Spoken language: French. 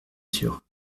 sûr